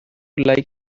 like